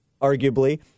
arguably